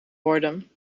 worden